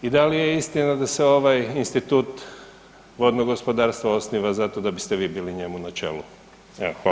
I da li je istina da se ovaj Institut vodnog gospodarstva osniva zato da biste vi bili u njemu na čelu?